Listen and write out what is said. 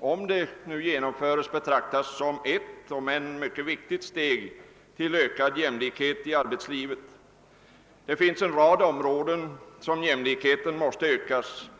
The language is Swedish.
om det genomförs, betraktas som endast ett, om än mycket viktigt steg till ökad jämlikhet i arbetslivet. På en rad områden måste jämlikheten ökas.